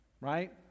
right